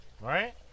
Right